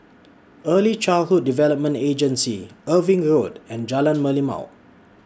Early Childhood Development Agency Irving Road and Jalan Merlimau